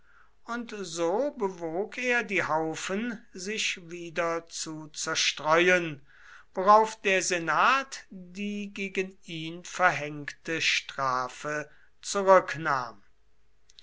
und so bewog er die haufen sich wieder zu zerstreuen worauf der senat die gegen ihn verhängte strafe zurücknahm